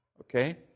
Okay